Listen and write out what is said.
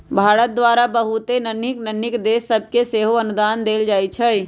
भारत द्वारा बहुते नन्हकि नन्हकि देश सभके सेहो अनुदान देल जाइ छइ